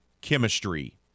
chemistry